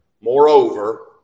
moreover